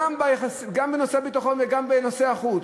גם בנושאי הביטחון וגם בנושאי החוץ,